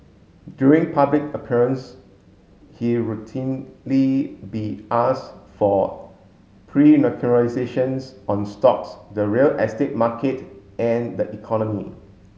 during public appearance he routinely be asked for prognostications on stocks the real estate market and the economy